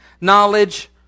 knowledge